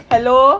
hello